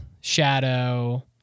Shadow